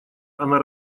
она